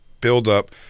build-up